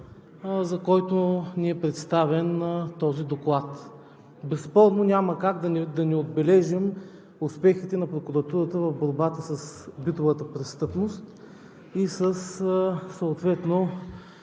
за който ни е представен този доклад. Безспорно няма как да не отбележим успехите на прокуратурата в борбата с битовата престъпност и със съответно